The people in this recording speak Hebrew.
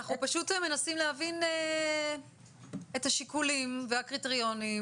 אנחנו פשוט מנסים להבין את השיקולים והקריטריונים,